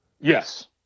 Yes